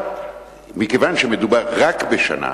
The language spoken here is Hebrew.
מכיוון שמדובר רק בשנה,